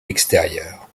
extérieur